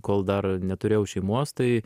kol dar neturėjau šeimos tai